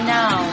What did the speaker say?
now